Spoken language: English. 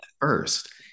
first